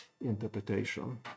interpretation